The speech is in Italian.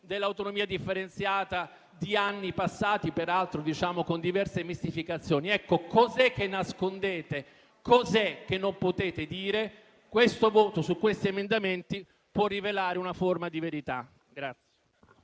dell'autonomia differenziata di anni passati, peraltro con diverse mistificazioni? Cos'è che nascondete? Cos'è che non potete dire? Il voto su questi emendamenti può rivelare una forma di verità.